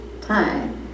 time